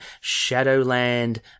Shadowland